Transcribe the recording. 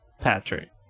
Patrick